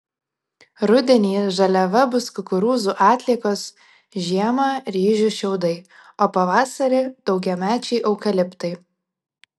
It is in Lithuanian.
rudenį žaliava bus kukurūzų atliekos žiemą ryžių šiaudai o pavasarį daugiamečiai eukaliptai